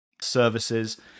services